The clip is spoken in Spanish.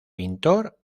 pintor